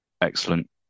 excellent